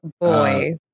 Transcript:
boy